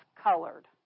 colored